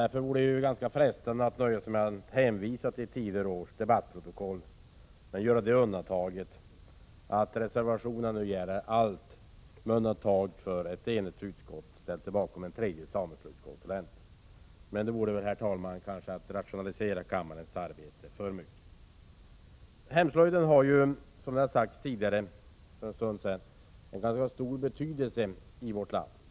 Därför vore det frestande att nöja sig med att hänvisa till tidigare års debattprotokoll med det undantaget att reservationerna nu gäller allt utom förslaget om en tredje sameslöjdskonsulent, som ett enigt utskott ställt sig bakom. Men det vore väl kanske att rationalisera kammarens arbete för mycket, herr talman. Som sagts för en stund sedan har hemslöjden ganska stor betydelse i vårt land.